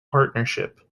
partnership